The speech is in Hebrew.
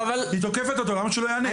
אבל היא תוקפת אותו, למה שהוא לא יענה?